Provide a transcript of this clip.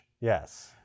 Yes